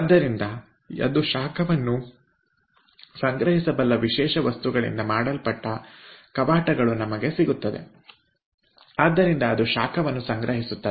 ಆದ್ದರಿಂದ ಅದು ಶಾಖವನ್ನು ಸಂಗ್ರಹಿಸುತ್ತದೆ